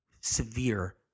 severe